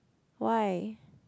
why